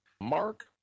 Mark